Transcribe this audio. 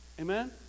Amen